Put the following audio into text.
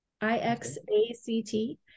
I-X-A-C-T